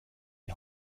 die